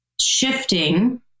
shifting